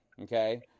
okay